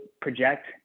project